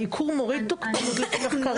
העיקור מוריד תוקפנות לכלבים.